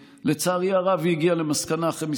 לצערי הרב היא הגיעה למסקנה אחרי כמה